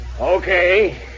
Okay